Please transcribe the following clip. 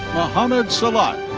mohamed salat.